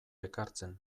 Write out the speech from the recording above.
ekartzen